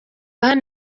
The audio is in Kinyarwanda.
hano